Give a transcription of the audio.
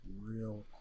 real